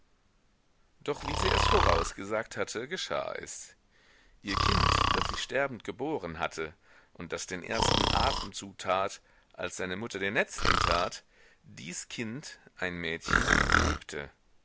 doch wie sie es vorausgesagt hatte geschah es ihr kind das sie sterbend geboren hatte und das den ersten atemzug tat als seine mutter den letzten tat dies kind ein mädchen lebte